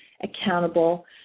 accountable